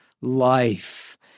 life